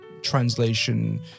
translation